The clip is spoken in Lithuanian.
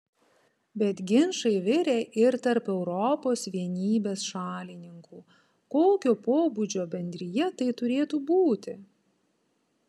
bet ginčai virė ir tarp europos vienybės šalininkų kokio pobūdžio bendrija tai turėtų būti